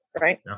right